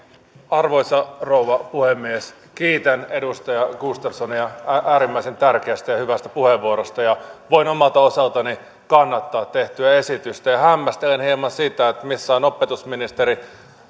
arvoisa rouva puhemies kiitän edustaja gustafssonia äärimmäisen tärkeästä ja hyvästä puheenvuorosta voin omalta osaltani kannattaa tehtyä esitystä ja hämmästelen hieman sitä missä on opetusministeri